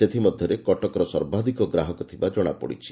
ସେଥିମଧ୍ଧରେ କଟକର ସର୍ବାଧିକ ଗ୍ରାହକଥିବା ଜଶାପଡ଼ିଛି